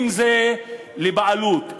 אם לבעלות,